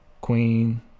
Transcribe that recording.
Queen